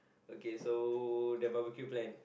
okay so the Barbecue plan